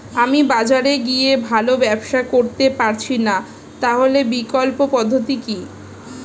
আমি বাজারে গিয়ে ভালো ব্যবসা করতে পারছি না তাহলে বিকল্প পদ্ধতি কি?